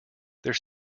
there